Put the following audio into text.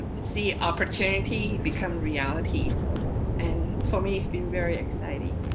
um see opportunity become realities and for me it's been very exciting.